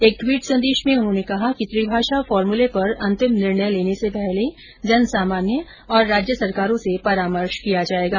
एक ट्वीट संदेश में उन्होंने कहा कि त्रिभाषा फार्मूले पर अंतिम निर्णय लेने से पहले जन सामान्य और राज्य सरकारों से परामर्श किया जाएगा